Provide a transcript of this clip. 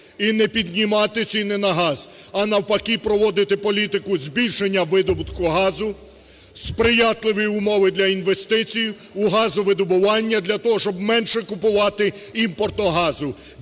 і не піднімати ціни на газ, а навпаки проводити політику збільшення видобутку газу, сприятливі умови для інвестицій у газовидобування для того, щоб менше купувати імпортного газу.